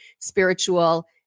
spiritual